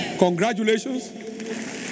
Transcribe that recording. Congratulations